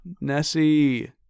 nessie